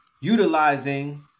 Utilizing